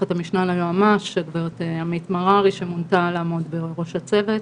ליועמ"ש עמית מררי שמונתה לעמוד בראש הצוות.